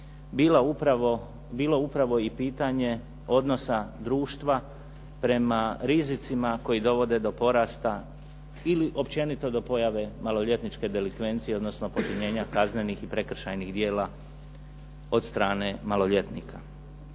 bilo upravo i pitanje odnosa društva prema rizicima koji dovode do porasta ili općenito do pojave maloljetničke delikvencije, odnosno počinjenja kaznenih i prekršajnih djela od strane maloljetnika.